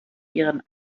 ihren